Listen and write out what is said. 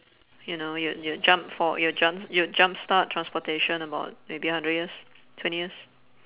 you know you'd you'd jump fo~ you'd jump you'd jumpstart transportation about maybe hundred years twenty years